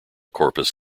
corpus